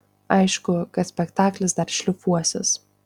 aišku kad spektaklis dar šlifuosis